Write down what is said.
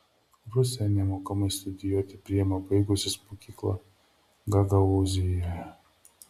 rusija nemokamai studijuoti priima baigusius mokyklą gagaūzijoje